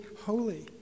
holy